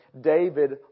David